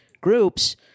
groups